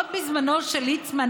עוד בזמנו של ליצמן,